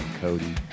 Cody